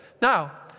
Now